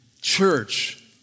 church